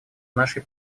нашей